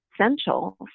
essential